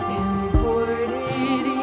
imported